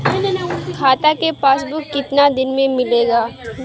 खाता के पासबुक कितना दिन में मिलेला?